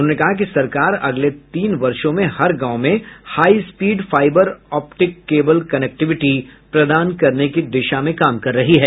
उन्होंने कहा कि सरकार अगले तीन वर्षों में हर गांव में high speed fibre optic cable connectivity प्रदान करने की दिशा में काम कर रही है